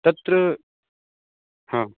तत्र हा